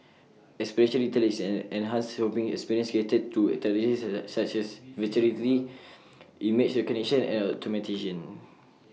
experiential retail is an enhanced shopping experience created through technologies such as Virtual Reality image recognition and automation